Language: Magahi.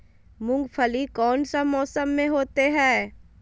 मूंगफली कौन सा मौसम में होते हैं?